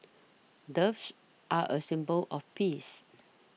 doves are a symbol of peace